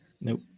Nope